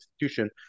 institution